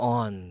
on